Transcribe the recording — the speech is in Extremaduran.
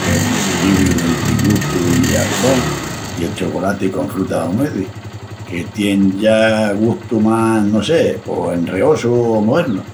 qu'es un equilibriu dentri gustu i aluçón; i el chocolati con frutas o nuezis, que tien ya gustu más... no sé, pos enreosu o moernu.